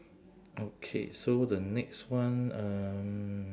okay so the next one um